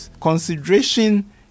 Consideration